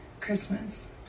Christmas